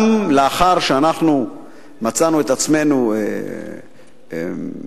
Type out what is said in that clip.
גם לאחר שמצאנו את עצמנו מתמגנים,